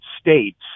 States